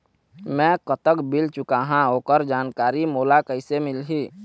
मैं कतक बिल चुकाहां ओकर जानकारी मोला कइसे मिलही?